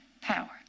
power